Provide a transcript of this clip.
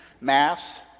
Mass